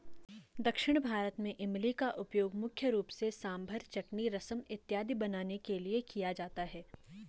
दक्षिण भारत में इमली का उपयोग मुख्य रूप से सांभर चटनी रसम इत्यादि बनाने के लिए किया जाता है